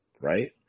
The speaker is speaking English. right